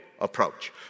approach